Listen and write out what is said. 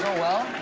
so well?